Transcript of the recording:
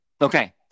Okay